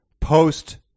post